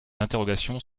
interrogations